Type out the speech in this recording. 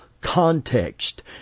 context